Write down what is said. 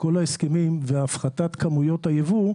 וכל ההסכמים והפחתת כמויות הייבוא,